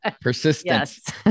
Persistence